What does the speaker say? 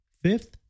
Fifth